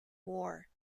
war